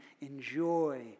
enjoy